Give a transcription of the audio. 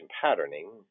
patterning